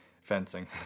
fencing